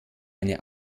eine